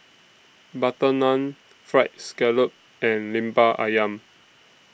Butter Naan Fried Scallop and Lemper Ayam